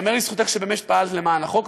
ייאמר לזכותך שבאמת פעלת למען החוק,